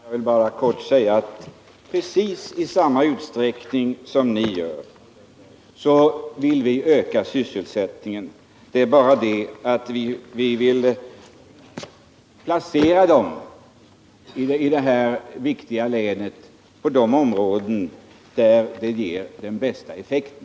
Herr talman! Jag vill bara kort säga att vi i precis samma utsträckning som vpk och apk vill öka sysselsättningen i Norrbotten. Det är bara det att vi i detta viktiga län vill placera arbetstillfällena på det område där de ger den bästa effekten.